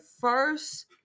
first